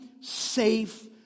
safe